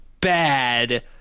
bad